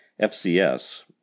FCS